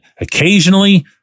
Occasionally